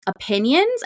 opinions